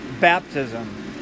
baptism